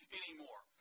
anymore